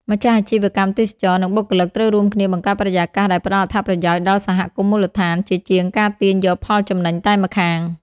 ម្ចាស់អាជីវកម្មទេសចរណ៍ និងបុគ្គលិកត្រូវរួមគ្នាបង្កើតបរិយាកាសដែលផ្ដល់អត្ថប្រយោជន៍ដល់សហគមន៍មូលដ្ឋាន ជាជាងការទាញយកផលចំណេញតែម្ខាង។